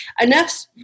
Enough